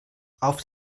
auf